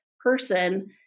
person